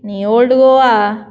आनी ओल्ड गोवा